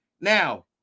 Now